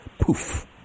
Poof